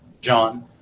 John